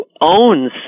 owns